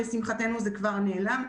לשמחתנו זה כבר נעלם,